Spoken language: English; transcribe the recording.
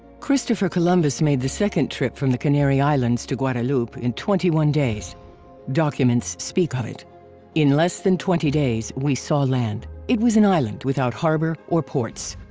christopher columbus made the second trip from the canary islands to guadeloupe in twenty one days documents speak of it in less than twenty days we saw land. it was an island without harbor or ports.